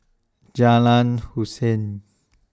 Jalan Hussein